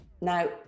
now